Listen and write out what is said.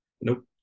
Nope